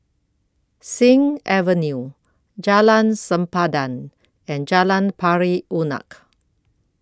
Sing Avenue Jalan Sempadan and Jalan Pari Unak